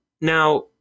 now